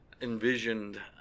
envisioned